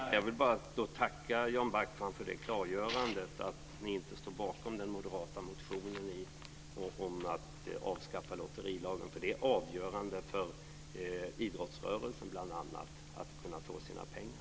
Herr talman! Jag vill bara tacka Jan Backman för klargörandet att ni inte står bakom den moderata motionen om avskaffande av lotterilagen. Det är avgörande bl.a. för idrottsrörelsens möjligheter att få sina pengar.